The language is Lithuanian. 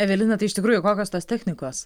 evelina tai iš tikrųjų kokios tos technikos